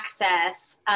access